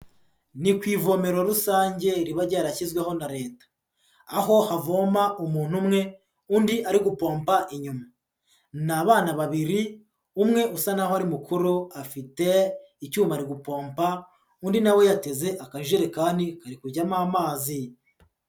Ni ku ivomero rusange riba ryarashyizweho na leta, aho havoma umuntu umwe undi ari gupompa inyuma, ni abana babiri, umwe usa naho ari mukuru afite icyuma ari gupompa, undi na we yateze akajerekani kari kujyamo amazi.